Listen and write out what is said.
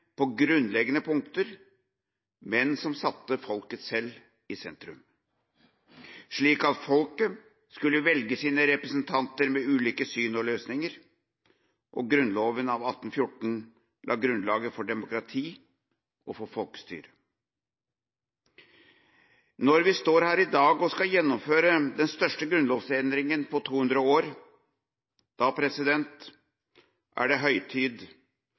på Eidsvoll, som selv var uenige på grunnleggende punkt, men som satte folket i sentrum, slik at folket skulle velge sine representanter med ulike syn og løsninger. Grunnloven av 1814 la grunnlaget for demokrati og folkestyre. Når vi står her i dag og skal gjennomføre den største grunnlovsendringen på 200 år, da er det